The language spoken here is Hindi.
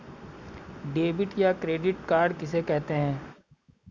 डेबिट या क्रेडिट कार्ड किसे कहते हैं?